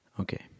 Okay